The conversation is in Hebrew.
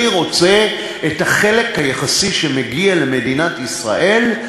אני רוצה את החלק היחסי שמגיע למדינת ישראל,